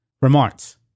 remarks